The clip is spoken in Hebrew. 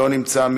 לא נמצא.